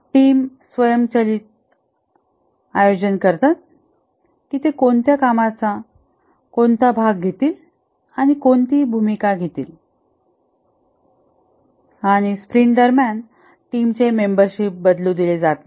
team स्वयंचलित आयोजन करतात की ते कोणत्या कामाचा कोणता भाग घेतील आणि कोणती भूमिका घेतील आणि स्प्रिंट दरम्यान टीमचे मेंबरशिप बदलू दिले जात नाही